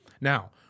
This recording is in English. Now